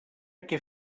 què